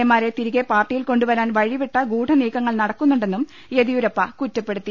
A മാരെ തിരികെ പാർട്ടിയിൽ കൊണ്ടുവരാൻ വഴിവിട്ട ഗൂഢനീക്കങ്ങൾ നടക്കുന്നുണ്ടെന്നും യെദ്യൂരപ്പ കുറ്റപ്പെടുത്തി